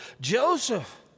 Joseph